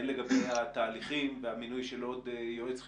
הן לגבי התהליכים ולגבי מינוי יועץ חיצוני,